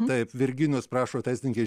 taip virginijus prašo teisininkės